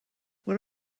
what